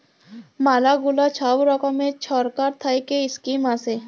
ম্যালা গুলা ছব রকমের ছরকার থ্যাইকে ইস্কিম আসে